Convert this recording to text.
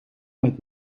met